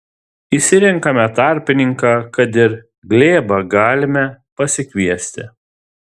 išsirenkame tarpininką kad ir glėbą galime pasikviesti